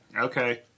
Okay